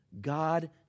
God